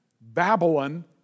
Babylon